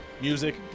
Music